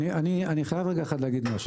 אני חייב להגיד משהו.